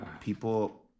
People